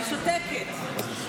אני שותקת.